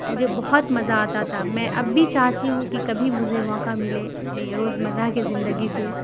مجھے بہت مزہ آتا تھا میں اب بھی چاہتی ہوں کہ کبھی مزے موقع ملے اپنے روز مرہ کے زندگی سے